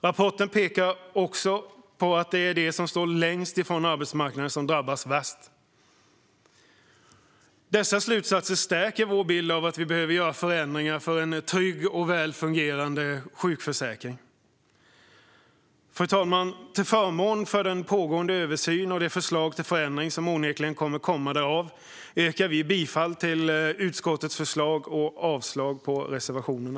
Rapporten pekar också på att det är de som står längst från arbetsmarknaden som drabbas värst. Dessa slutsatser stärker vår bild av att vi behöver göra förändringar för en trygg och väl fungerande sjukförsäkring. Fru talman! Till förmån för den pågående översynen och de förslag till förändring som oundvikligen kommer att komma därav yrkar jag bifall till utskottets förslag och avslag på reservationerna.